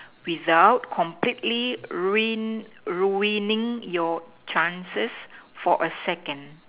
without completely ruin ruining your chances for a second